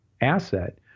asset